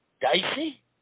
dicey